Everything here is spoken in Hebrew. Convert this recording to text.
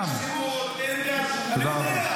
תודה.